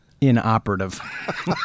inoperative